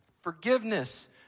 forgiveness